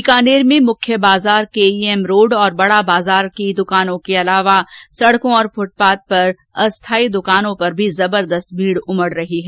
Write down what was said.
बीकानेर में मुख्य बाजार केईएम रोड बडा बाजार की दुकानों के अलावा सडक और फुटपाथ पर अस्थायी दुकानों परभी जबरदस्त भीड उमड रही है